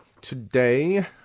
today